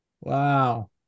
wow